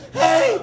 hey